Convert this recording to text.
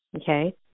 okay